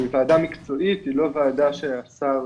כי היא וועדה מקצועית היא לא וועדה של השר.